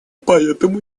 поэтому